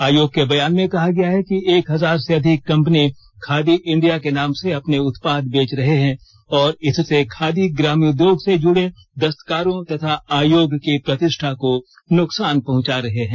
आयोग के बयान में ब्रॉड नाम कहा गया है कि एक हजार से अधिक कम्पनी खादी इंडिया के नाम से अपने उत्पाद बेच रहे हैं और इससे खादी ग्राम उद्योग से जुड़े दस्त कारों तथा आयोग की प्रतिष्ठा को नुकसान पहुंचा रहे हैं